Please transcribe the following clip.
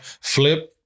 flip